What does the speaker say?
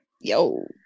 Yo